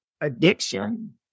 addiction